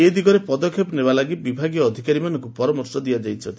ଏ ଦିଗରେ ପଦକ୍ଷେପ ନେବା ଲାଗି ବିଭାଗୀୟ ଅଧିକାରୀମାନଙ୍କୁ ପରାମର୍ଶ ଦେଇଛନ୍ତି